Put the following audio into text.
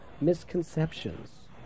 misconceptions